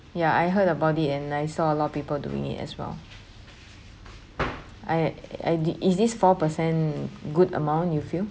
ya I heard about it and I saw a lot of people doing it as well I I did is this four percent good amount you feel